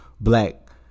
black